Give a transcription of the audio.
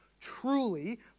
truly